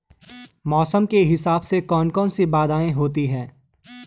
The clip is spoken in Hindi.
मौसम के हिसाब से कौन कौन सी बाधाएं होती हैं?